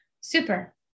Super